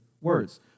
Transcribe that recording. words